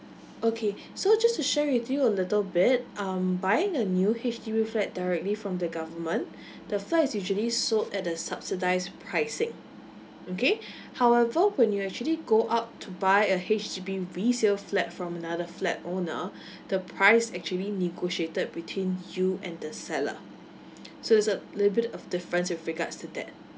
okay so just to share with you a little bit um buying a new H_D_B flat directly from the government the flat is usually sold at a subsidised pricing okay however when you actually go out to buy a H_D_B resale flat from another flat owner the price actually negotiated between you and the seller so it's a little bit of difference with regards to that